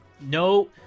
no